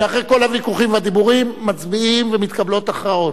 שאחרי כל הוויכוחים והדיבורים מצביעים ומתקבלות הכרעות.